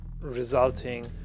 resulting